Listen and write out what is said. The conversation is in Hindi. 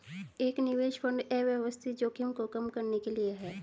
एक निवेश फंड अव्यवस्थित जोखिम को कम करने के लिए है